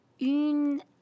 Une